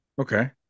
okay